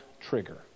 trigger